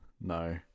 no